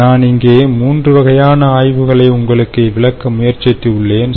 எனவே நான் இங்கே 3 வகையான ஆய்வுகளை உங்களுக்குக் விளக்க முயற்சித்து உள்ளேன்